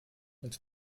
als